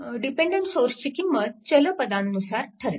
dependent सोर्सची किंमत चल पदांनुसार ठरते